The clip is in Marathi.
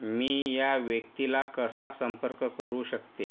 मी या व्यक्तीला कसा संपर्क करू शकते